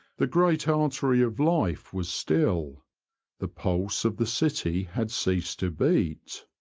the great artery of life was still the pulse of the city had ceased to beat.